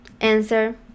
Answer